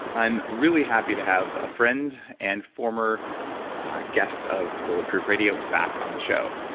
i'm really happy to have a friend and former guest of bulletproof radio back on the show.